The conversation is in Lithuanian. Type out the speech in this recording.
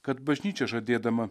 kad bažnyčia žadėdama